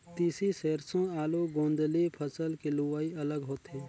तिसी, सेरसों, आलू, गोदंली फसल के लुवई अलग होथे